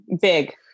Big